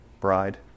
bride